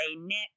nick